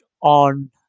on